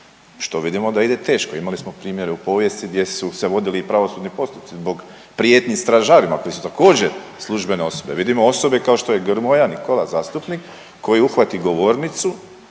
što vidimo da ide teško. Imali smo primjere u povijesti gdje su se vodili i pravosudni postupci zbog prijetnji stražarima koji su također službene osobe, vidimo osobe kao što je Grmoja Nikola zastupnik koji uhvati govornicu